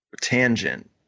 Tangent